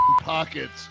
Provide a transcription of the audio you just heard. pockets